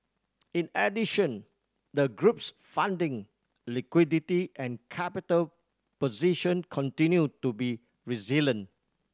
in addition the group's funding liquidity and capital position continued to be resilient